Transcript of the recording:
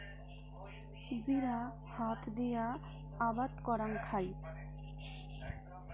জিরা হাত দিয়া আবাদ করাং খাই